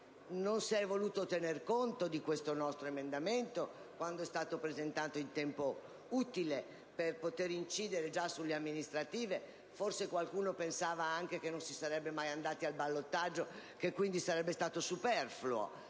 Non si è voluto tenere conto di questo nostro emendamento quando è stato presentato in tempo utile per poter incidere già sulle amministrative. Forse qualcuno pensava che non si sarebbe mai andati al ballottaggio e che, quindi, sarebbe stato superfluo.